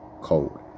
cold